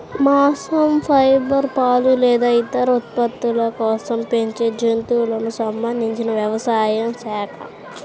మాంసం, ఫైబర్, పాలు లేదా ఇతర ఉత్పత్తుల కోసం పెంచే జంతువులకు సంబంధించిన వ్యవసాయ శాఖ